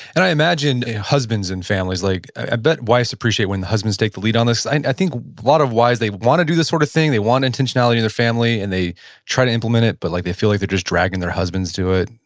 and i imagine husbands and families, like i bet wives appreciate when the husbands take the lead on this. i think a lot of wives, they want to do this sort of thing, they want intentionality in their family, and they try to implement it. but like they feel like they're just dragging their husbands to it.